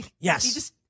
Yes